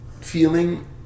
feeling